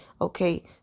okay